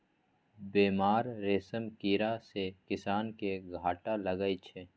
बेमार रेशम कीड़ा सँ किसान केँ घाटा लगै छै